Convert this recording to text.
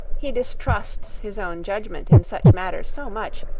he distrusts his own judgment in such matters so much,